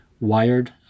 Wired